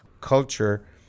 Culture